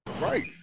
Right